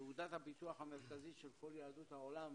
תעודת הביטוח המרכזית של כל יהדות העולם